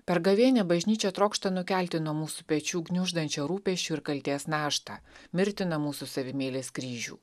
per gavėnią bažnyčia trokšta nukelti nuo mūsų pečių gniuždančią rūpesčių ir kaltės naštą mirtiną mūsų savimeilės kryžių